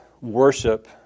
worship